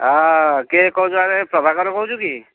ହଁ କିଏ କହୁଛ ଆରେ ପ୍ରଭାକର କହୁଛୁ କି